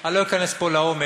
אני לא אכנס פה לעומק